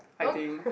I think